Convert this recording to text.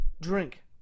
drink